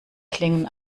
klingen